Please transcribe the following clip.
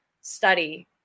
study